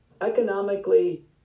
economically